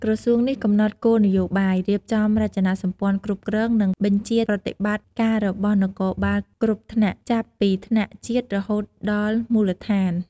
ក្រសួងនេះកំណត់គោលនយោបាយ រៀបចំរចនាសម្ព័ន្ធគ្រប់គ្រង និងបញ្ជាប្រតិបត្តិការរបស់នគរបាលគ្រប់ថ្នាក់ ចាប់ពីថ្នាក់ជាតិរហូតដល់មូលដ្ឋាន។